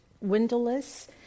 windowless